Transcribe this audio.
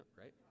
right